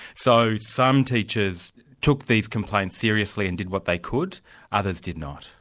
so some teachers took these complaints seriously and did what they could others did not.